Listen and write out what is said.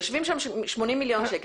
יושבים שם 80 מיליון שקל.